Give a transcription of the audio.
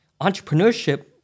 entrepreneurship